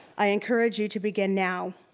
i encourage you to begin now.